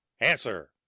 Answer